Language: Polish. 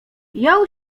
jął